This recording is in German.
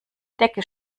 decke